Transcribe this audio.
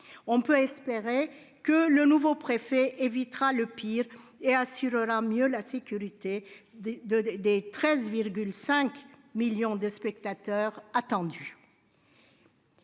On peut espérer que le nouveau préfet évitera le pire et assurera mieux la sécurité des 13,5 millions de spectateurs attendus.